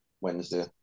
Wednesday